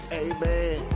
amen